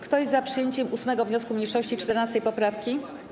Kto jest za przyjęciem 8. wniosku mniejszości i 14. poprawki?